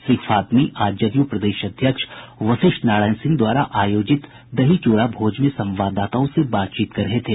श्री फातमी आज जदयू प्रदेश अध्यक्ष वशिष्ठ नारायण सिंह द्वारा आयोजित दही चूड़ा भोज में संवाददाताओं से बातचीत कर रहे थे